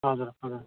हजुर हजुर